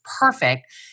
perfect